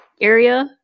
area